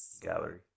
gallery